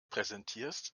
präsentierst